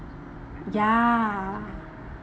ya